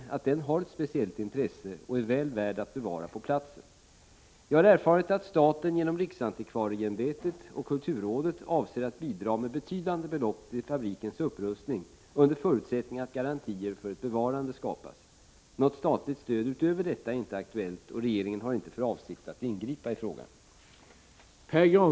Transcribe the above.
1985/86:78 har ett speciellt intresse och är väl värd att bevara på platsen. Jag har erfarit 13 februari 1986 att staten genom riksantikvarieämbetet och kulturrådet avser att bidra med R ö å å RR ä Om Pythagorasfabribetydande belopp till fabrikens upprustning under förutsättning att garantier ken iNorriäll : för ett bevarande skapas. Något statligt stöd utöver detta är inte aktuellt, och 4 : sn Fo dustriminne regeringen har inte för avsikt att ingripa i frågan.